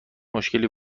مشکلی